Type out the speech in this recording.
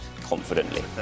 confidently